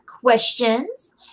questions